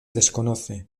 desconoce